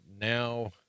now